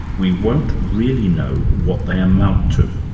we won't really know what they amount to.